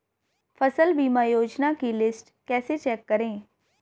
फसल बीमा योजना की लिस्ट कैसे चेक करें?